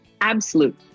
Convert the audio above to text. absolute